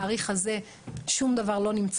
זו לא רק